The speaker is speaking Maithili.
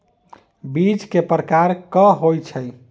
बीज केँ प्रकार कऽ होइ छै?